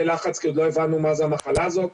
לחץ כי עוד לא הבנו מה זו המחלה הזאת,